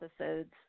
episodes